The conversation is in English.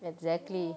exactly